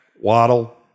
Waddle